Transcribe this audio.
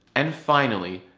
and finally,